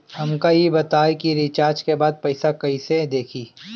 हमका ई बताई कि रिचार्ज के बाद पइसा कईसे देखी?